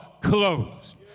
closed